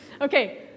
Okay